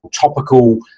topical